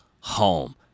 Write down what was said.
home